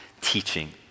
teaching